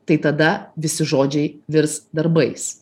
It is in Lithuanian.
tai tada visi žodžiai virs darbais